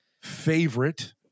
favorite